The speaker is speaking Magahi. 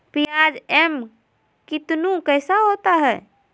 प्याज एम कितनु कैसा होता है?